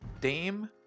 Dame